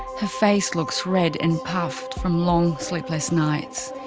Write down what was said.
her face looks red and puffed from long sleepless nights.